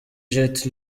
jet